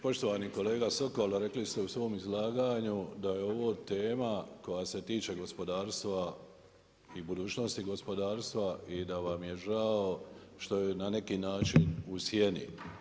Poštovani kolega Sokol, reli ste u svom izlaganju da je ovo tema koja se tiče gospodarstva i budućnosti gospodarstva i da vam je žao što je na neki način u sjeni.